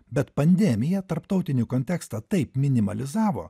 bet pandemija tarptautinį kontekstą taip minimalizavo